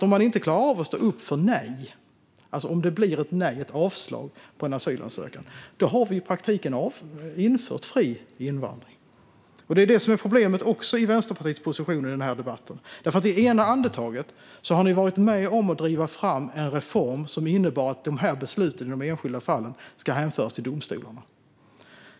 Om man inte klarar av att stå upp för ett nej om det blir avslag på en asylansökan har vi i praktiken infört fri invandring. Det är också det som är problemet med Vänsterpartiets position i den här debatten. Ni har varit med och drivit fram en reform som innebär att besluten i de enskilda fallen ska hänföras till domstolarna.